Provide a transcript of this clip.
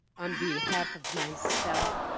on behalf of myself.